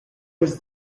was